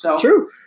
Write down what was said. True